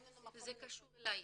זה קשור אלי.